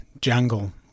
jungle